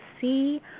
see